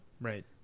Right